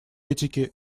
этики